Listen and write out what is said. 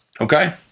Okay